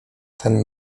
ten